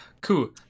Cool